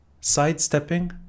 sidestepping